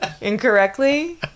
incorrectly